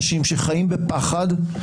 ואתה תרגיש שיש אנשים שחיים בפחד ונתפסים